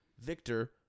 victor